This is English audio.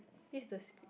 this is the script